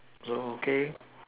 so okay